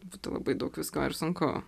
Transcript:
būtų labai daug visko ir sunku